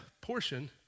portion